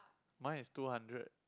mine is two hundred